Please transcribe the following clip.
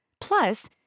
Plus